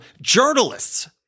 journalists